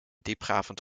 diepgravend